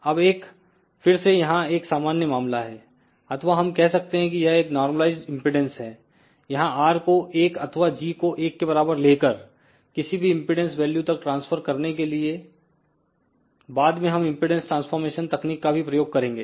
अब 1 फिर से यहां एक सामान्यमामला है अथवा हम कह सकते हैं यह एक नॉर्मलआइस इंपेडेंस है यहां R को एक अथवा g को एक के बराबर लेकर किसी भी इंपेडेंस वैल्यू तक ट्रांसफर करने के लिए बाद में हम इंपेडेंस ट्रांसफॉरमेशन तकनीक का भी प्रयोग करेंगे